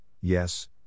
yes